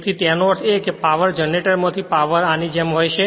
તેથી તેનો અર્થ એ કે પાવર જનરેટર માથી પાવર આની જેમ વહેશે